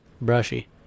brushy